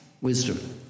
wisdom